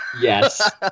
Yes